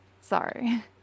Sorry